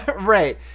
Right